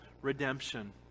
redemption